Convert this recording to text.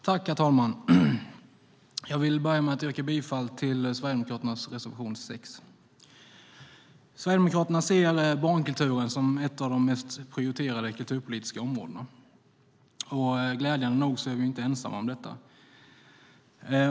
Herr talman! Jag vill börja med att yrka bifall till Sverigedemokraternas reservation 6. Sverigedemokraterna ser barnkulturen som ett av de mest prioriterade kulturpolitiska områdena. Glädjande nog är vi inte ensamma om detta.